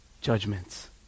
judgments